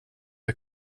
det